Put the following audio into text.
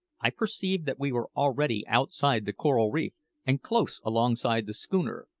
i perceived that we were already outside the coral reef and close alongside the schooner,